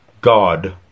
God